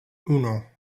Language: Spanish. uno